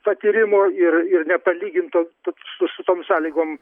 patyrimo ir ir nepalyginto tu su su tom sąlygom